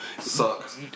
Sucks